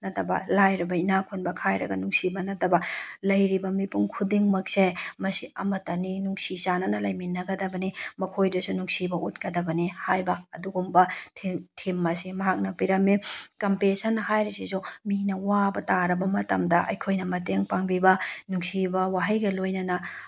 ꯅꯠꯇꯕ ꯂꯥꯏꯔꯕ ꯏꯅꯥꯈꯨꯟꯕ ꯈꯥꯏꯔꯒ ꯅꯨꯡꯁꯤꯕ ꯅꯠꯇꯕ ꯂꯩꯔꯤꯕ ꯃꯤꯄꯨꯝ ꯈꯨꯗꯤꯡꯃꯛꯁꯦ ꯃꯁꯤ ꯑꯃꯠꯇꯅꯤ ꯅꯨꯡꯁꯤ ꯆꯥꯅꯅ ꯂꯩꯃꯤꯟꯅꯒꯗꯕꯅꯤ ꯃꯈꯣꯏꯗꯁꯨ ꯅꯨꯡꯁꯤꯕ ꯎꯠꯀꯗꯕꯅꯤ ꯍꯥꯏꯕ ꯑꯗꯨꯒꯨꯝꯕ ꯊꯤꯝ ꯑꯁꯤ ꯃꯍꯥꯛꯅ ꯄꯤꯔꯝꯃꯤ ꯀꯝꯄꯦꯁꯟ ꯍꯥꯏꯔꯤꯁꯤꯁꯨ ꯃꯤꯅ ꯋꯥꯕ ꯇꯥꯔꯕ ꯃꯇꯝꯗ ꯑꯩꯈꯣꯏꯅ ꯃꯇꯦꯡ ꯄꯥꯡꯕꯤꯕ ꯅꯨꯡꯁꯤꯕ ꯋꯥꯍꯩꯒ ꯂꯣꯏꯅꯅ